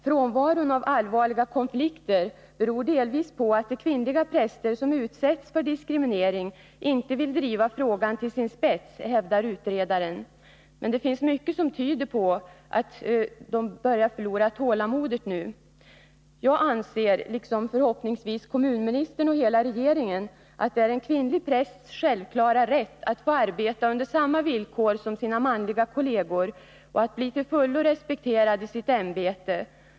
Frånvaron av allvarliga konflikter beror delvis på att de kvinnliga präster som utsätts för diskriminering inte vill driva frågan till sin spets, hävdar utredaren. Men det finns mycket som tyder på att de kvinnliga prästerna nu börjar förlora tålamodet. Jag anser, liksom förhoppningsvis kommunministern och hela regeringen, att det är en kvinnlig prästs självklara rätt att få arbeta under samma villkor som sina manliga kolleger och att bli till fullo respekterad i sitt ämbete.